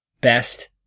best